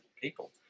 people